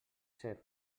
ser